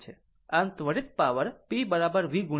આમ ત્વરિત power p v I